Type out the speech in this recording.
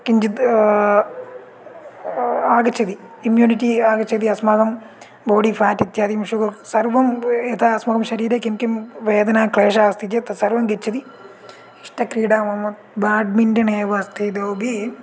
किञ्चित् आगच्छति इम्युनिटी आगच्छति अस्माकं बाडि फ़ेट् इत्यादिषु सर्वम् अपि यदा अस्माकं शरीरे किं किं वेदना क्लेशः अस्ति चेत् तत्सर्वं गच्छति इष्टक्रीडा मम ब्याट्मिण्टन् एव अस्ति इतोपि